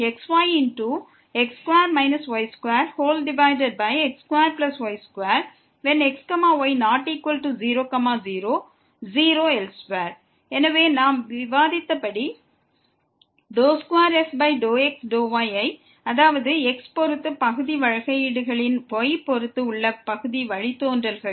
fxyxyx2y2xy≠00 0elsewhere எனவே நாம் விவாதித்தபடி 2f∂x∂y அதாவது x பொறுத்து பகுதி வழித்தோன்றல்கள் பெருக்கல் y பொறுத்து உள்ள பகுதி வழித்தோன்றல்கள்